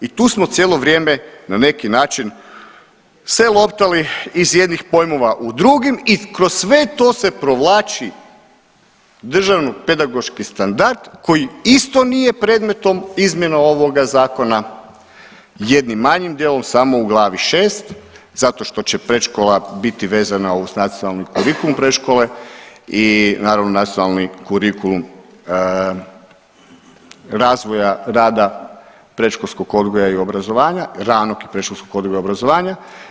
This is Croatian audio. I tu smo cijelo vrijeme na neki način se loptali iz jednih pojmova u drugim i kroz sve to se provlači državni pedagoški standard koji isto nije predmetom izmjena ovoga zakona, jednim manjim dijelom samo u glavi 6 zato što će predškola biti vezana uz Nacionalni kurikulum predškole i naravno Nacionalni kurikulum razvoja, rada predškolskog odgoja i obrazovanja, ranog i predškolskog odgoja i obrazovanja.